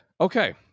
okay